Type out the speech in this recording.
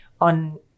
on